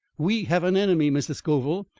we have an enemy, mrs. scoville,